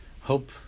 hope